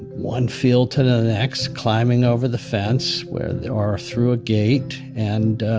one field to the next, climbing over the fence where they are through a gate and